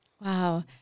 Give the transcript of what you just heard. Wow